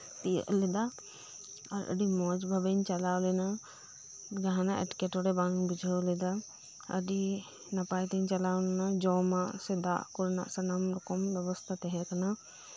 ᱛᱤᱭᱳᱜ ᱞᱮᱫᱟ ᱟᱸᱰᱤ ᱢᱚᱸᱡᱽ ᱵᱷᱟᱵᱮᱧ ᱪᱟᱞᱟᱣ ᱞᱮᱱᱟ ᱡᱟᱸᱦᱟᱱᱟᱜ ᱮᱸᱴᱠᱮᱴᱚᱬᱮ ᱵᱟᱧ ᱵᱩᱡᱷᱟᱹᱣ ᱞᱮᱫᱟ ᱟᱹᱰᱤ ᱱᱟᱯᱟᱭ ᱛᱤᱧ ᱪᱟᱞᱟᱣ ᱞᱮᱱᱟ ᱡᱚᱢᱟᱜ ᱥᱮ ᱫᱟᱜ ᱠᱚᱨᱮᱱᱟᱜ ᱥᱟᱱᱟᱢ ᱨᱚᱠᱚᱢ ᱵᱮᱵᱚᱥᱛᱷᱟ ᱛᱟᱸᱦᱮ ᱠᱟᱱᱟ